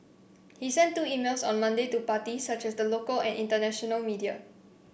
he sent two emails on Monday to parties such as the local and international media